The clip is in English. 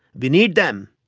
we need them.